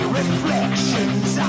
reflections